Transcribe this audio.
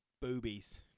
boobies